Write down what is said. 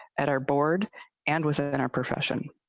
at our board and wasn't in our profession.